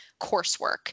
coursework